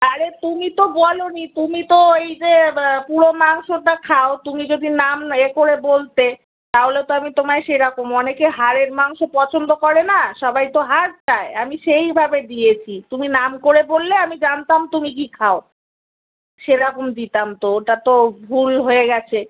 আরে তুমি তো বলনি তুমি তো এই যে পুরো মাংসটা খাও তুমি যদি নাম ইয়ে করে বলতে তাহলে তো আমি তোমায় সেরকম অনেকে হাড়ের মাংস পছন্দ করে না সবাই তো হাড় চায় আমি সেই ভাবে দিয়েছি তুমি নাম করে বললে আমি জানতাম তুমি কী খাও সেরকম দিতাম তো ওটা তো ভুল হয়ে গেছে